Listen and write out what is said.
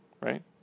right